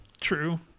true